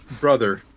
brother